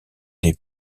des